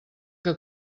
que